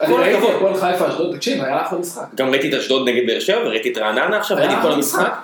כל חיפה אשדוד. תקשיב, היה אחלה משחק. גם ראיתי את אשדוד נגד באר-שבע וראיתי את רעננה עכשיו, ראיתי כל המשחק.